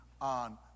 on